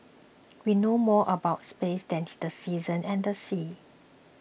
we know more about space than tea the seasons and the seas